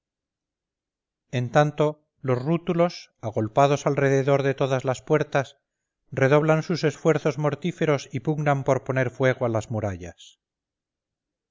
entre tanto los rútulos agolpados alrededor de todas las puertas redoblan sus esfuerzos mortíferos y pugnan por poner fuego a las murallas